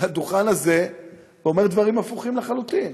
לדוכן הזה ואומר דברים הפוכים לחלוטין.